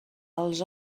els